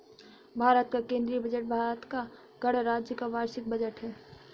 भारत का केंद्रीय बजट भारत गणराज्य का वार्षिक बजट है